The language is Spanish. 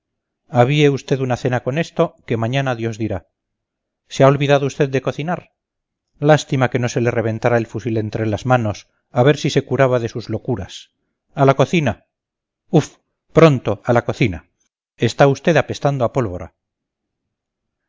avíe usted una cena con esto que mañana dios dirá se ha olvidado usted de cocinar lástima que no se le reventara el fusil entre las manos a ver si se curaba de sus locuras a la cocina uf pronto a la cocina está usted apestando a pólvora